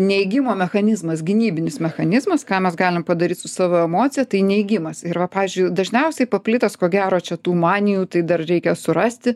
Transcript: neigimo mechanizmas gynybinis mechanizmas ką mes galim padaryt su savo emocija tai neigimas ir va pavyzdžiui dažniausiai paplitęs ko gero čia tų manijų tai dar reikia surasti